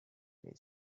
his